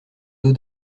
dos